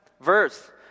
verse